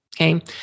Okay